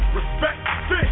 Respect